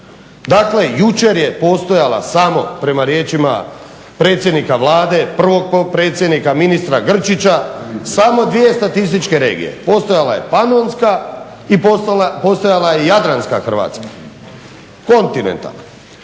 Dakle, jučer je postojala samo prema riječima predsjednika Vlade, prvog potpredsjednika ministra Grčića samo dvije statističke regije. Postojala je Panonska i postojala je Jadranska Hrvatska, kontinentalna.